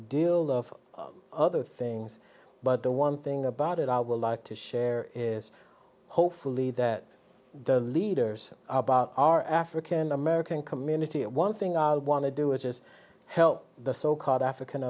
deal of other things but the one thing about it i would like to share is hopefully that the leaders are african american community one thing i want to do it is help the so called african